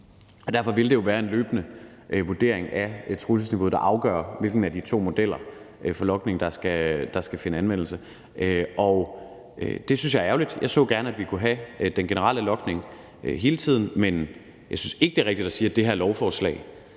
Derfor vil det jo være en løbende vurdering af trusselsniveauet, der afgør, hvilken af de to modeller for logning der skal finde anvendelse. Og det synes jeg er ærgerligt. Jeg så gerne, at vi kunne have den generelle logning hele tiden, men jeg synes ikke, det er rigtigt at sige, at det her lovforslag